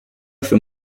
for